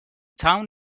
town